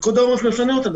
פיקוד העורף מפנה אותם,